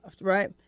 right